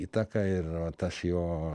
įtaką ir tas jo